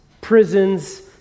prisons